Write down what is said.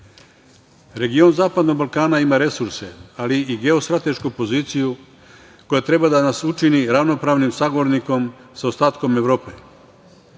Region zapadnog Balkana ima resurse, ali i geostratešku poziciju koja treba da nas učini ravnopravnim sagovornikom sa ostatkom Evrope.